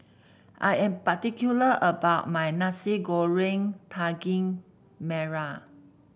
I am particular about my Nasi Goreng Daging Merah